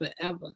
forever